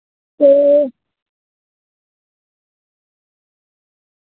ते